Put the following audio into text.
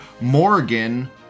Morgan